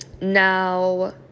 now